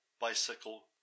bicycle